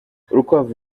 urukwavu